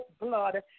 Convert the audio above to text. blood